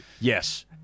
Yes